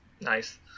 nice